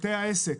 בתי העסק.